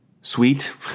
sweet